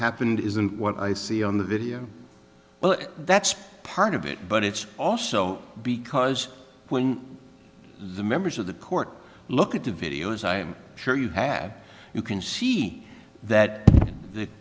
happened isn't what i see on the video well that's part of it but it's also because when the members of the court look at the video as i'm sure you have you can see that th